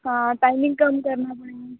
हाँ टाइमिंग कम करना पड़े